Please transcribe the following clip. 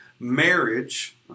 marriage